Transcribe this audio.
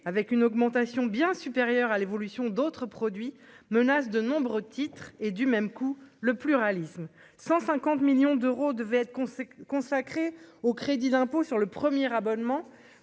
avec une augmentation bien supérieure à l'évolution d'autres produits menace de nombreux titres et du même coup le pluralisme 150 millions d'euros devaient être con consacrée au crédit d'impôt sur le premier abonnement